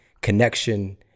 connection